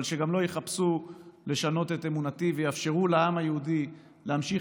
אבל שגם לא יחפשו לשנות את אמונתי ויאפשרו לעם היהודי להמשיך